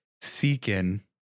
seeking